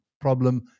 problem